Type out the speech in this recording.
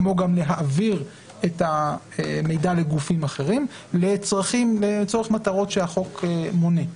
כמו גם להעביר את המידע לגופים אחרים לצורך מטרות שהחוק מונה,